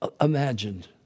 imagined